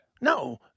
No